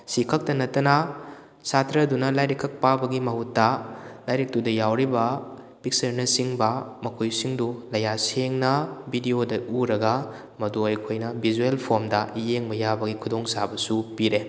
ꯑꯁꯤ ꯈꯛꯇ ꯅꯠꯇꯅ ꯁꯥꯇ꯭ꯔꯗꯨꯅ ꯂꯥꯏꯔꯤꯛ ꯈꯛ ꯄꯥꯕꯒꯤ ꯃꯍꯨꯠꯇ ꯂꯥꯏꯔꯤꯛꯇꯨꯗ ꯌꯥꯎꯔꯤꯕ ꯄꯤꯛꯆꯔꯅꯆꯤꯡꯕ ꯃꯈꯣꯏꯁꯤꯡꯗꯨ ꯀꯌꯥ ꯁꯦꯡꯅ ꯕꯤꯗꯤꯌꯣꯗ ꯎꯔꯒ ꯃꯗꯨ ꯑꯩꯈꯣꯏꯅ ꯚꯤꯖꯨꯌꯦꯜ ꯐꯣꯔꯝꯗ ꯌꯦꯡꯕ ꯌꯥꯕꯒꯤ ꯈꯨꯗꯣꯡ ꯆꯥꯕꯁꯨ ꯄꯤꯔꯦ